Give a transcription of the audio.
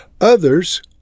Others